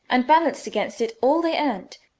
and balanced against it all they earned,